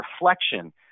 reflection